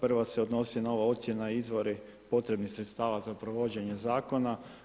Prva se odnosi na ovo ocjena i izvori potrebnih sredstava za provođenje zakona.